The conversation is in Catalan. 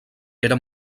era